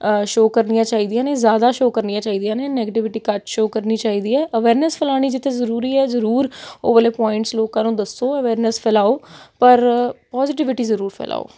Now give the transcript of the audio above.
show ਕਰਨੀਆਂ ਚਾਹੀਦੀਆਂ ਨੇ ਜ਼ਿਆਦਾ ਸ਼ੋਅ ਕਰਨੀਆਂ ਚਾਹੀਦੀਆਂ ਨੇ ਨੈਗੇਟਿਵਿਟੀ ਘੱਟ ਸ਼ੋਅ ਕਰਨੀ ਚਾਹੀਦੀ ਹੈ ਅਵੇਅਰਨੈਸ ਫੈਲਾਉਣੀ ਜਿੱਥੇ ਜ਼ਰੂਰੀ ਹੈ ਜ਼ਰੂਰ ਉਹ ਵਾਲੇ ਪੁਆਇੰਟਸ ਲੋਕਾਂ ਨੂੰ ਦੱਸੋ ਅਵੇਅਰਨੈਸ ਫੈਲਾਓ ਪਰ ਪੋਜੀਟਿਵਿਟੀ ਜ਼ਰੂਰ ਫੈਲਾਓ